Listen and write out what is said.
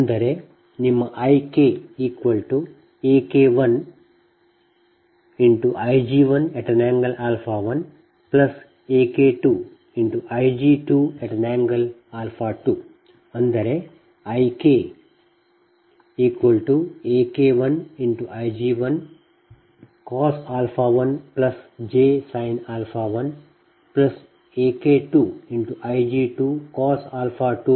ಅಂದರೆ ನಿಮ್ಮ IKAK1Ig11AK2Ig22 ಅಂದರೆ IKAK1Ig1cos 1 jsin 1 AK2Ig2cos 2 jsin 2